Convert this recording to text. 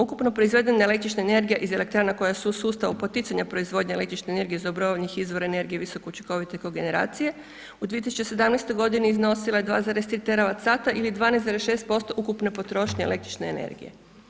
Ukupnu proizvedenu električne energije iz elektrana koje su u sustavu poticanja proizvodnje električne energije iz obnovljivih izvora energije visokoučinkovitije kogeneracije u 2017.g. iznosila je 2,3… [[Govornik se ne razumije]] ili 12,6% ukupne potrošnje električne energije.